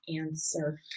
answer